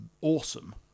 awesome